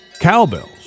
cowbells